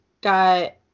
got